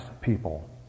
people